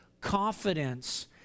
confidence